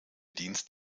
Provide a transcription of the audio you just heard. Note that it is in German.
dienst